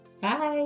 Bye